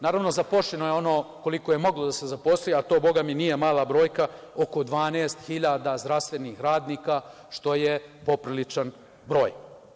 Naravno, zapošljeno je onoliko koliko je moglo da se zaposli, a to nije mala brojka, oko 12.000 zdravstvenih radnika, što je popriličan broj.